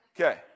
Okay